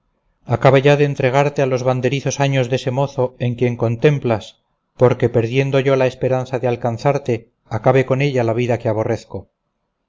acaba ya de entregarte a los banderizos años dese mozo en quien contemplas porque perdiendo yo la esperanza de alcanzarte acabe con ella la vida que aborrezco